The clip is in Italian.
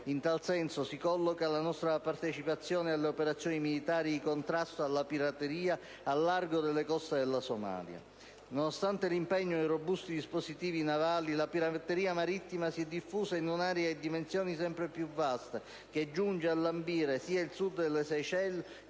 In tal senso si colloca la nostra partecipazione alle operazioni militari di contrasto alla pirateria al largo delle coste della Somalia. Nonostante l'impegno di robusti dispositivi navali, la pirateria marittima si è diffusa in un'area di dimensioni sempre più vaste, che giunge a lambire a sud le Seychelles